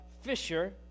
Fisher